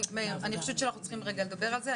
מאיר, אני חושבת שאנחנו צריכים רגע לדבר על זה.